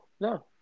No